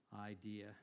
idea